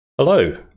Hello